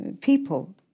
people